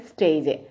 Stage